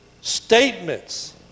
statements